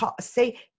say